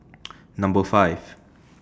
Number five